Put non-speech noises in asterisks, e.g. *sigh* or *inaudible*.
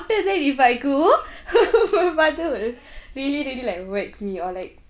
after that if I go *laughs* my father will *breath* really really like whack me or like